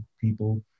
people